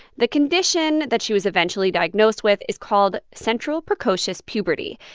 the condition that she was eventually diagnosed with is called central precocious puberty.